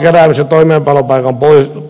rahan keräämisen toimeenpanopaikan